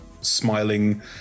smiling